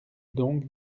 donc